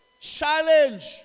Challenge